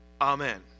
Amen